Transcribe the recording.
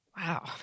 Wow